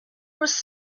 was